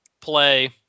play